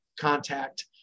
contact